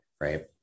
Right